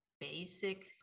basic